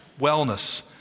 wellness